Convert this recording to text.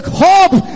hope